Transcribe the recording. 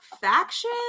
faction